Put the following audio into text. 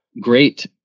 great